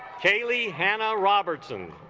kaylee hannah robertson